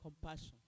compassion